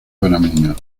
panameño